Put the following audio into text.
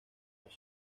los